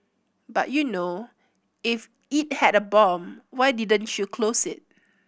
but you know if it had a bomb why didn't you close it